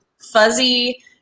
Fuzzy